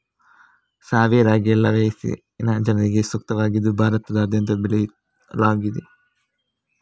ಸಾಮೆ ರಾಗಿ ಎಲ್ಲಾ ವಯಸ್ಸಿನ ಜನರಿಗೆ ಸೂಕ್ತವಾಗಿದ್ದು ಭಾರತದಾದ್ಯಂತ ಬೆಳೆಯಲಾಗ್ತಿದೆ